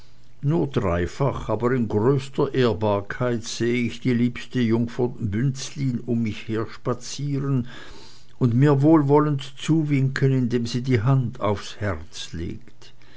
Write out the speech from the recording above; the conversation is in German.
nur dreifach aber in größter ehrbarkeit sehe ich die liebste jungfer bünzlin um mich her spazieren und mir wohlwollend zuwinken indem sie die hand aufs herz legt